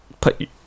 put